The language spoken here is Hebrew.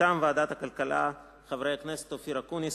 מטעם ועדת הכלכלה: חברי הכנסת אופיר אקוניס,